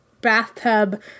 bathtub